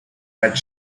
pet